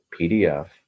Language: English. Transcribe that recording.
PDF